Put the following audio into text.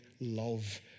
love